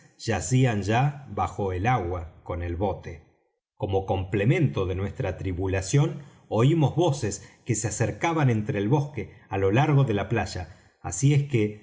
restantes yacían ya bajo el agua con el bote como complemento de nuestra tribulación oímos voces que se acercaban entre el bosque á lo largo de la playa así es que